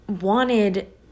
wanted